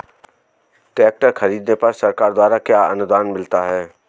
Tractor खरीदने पर सरकार द्वारा क्या अनुदान मिलता है?